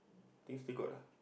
I think still got ah